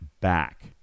back